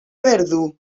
verdú